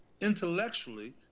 intellectually